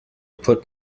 put